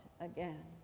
again